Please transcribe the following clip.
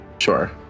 Sure